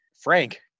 Frank